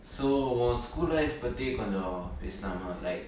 so உன்:un school life பத்தி கொன்ஜொ பேசலாமா:paththi konjo pesalaamaa like